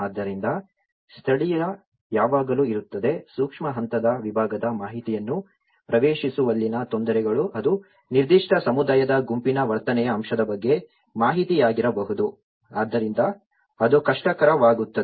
ಆದ್ದರಿಂದ ಸ್ಥಳೀಯ ಯಾವಾಗಲೂ ಇರುತ್ತದೆ ಸೂಕ್ಷ್ಮ ಹಂತದ ವಿಭಾಗದ ಮಾಹಿತಿಯನ್ನು ಪ್ರವೇಶಿಸುವಲ್ಲಿನ ತೊಂದರೆಗಳು ಅದು ನಿರ್ದಿಷ್ಟ ಸಮುದಾಯದ ಗುಂಪಿನ ವರ್ತನೆಯ ಅಂಶದ ಬಗ್ಗೆ ಮಾಹಿತಿಯಾಗಿರಬಹುದು ಆದ್ದರಿಂದ ಅದು ಕಷ್ಟಕರವಾಗುತ್ತದೆ